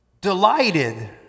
Delighted